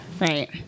Right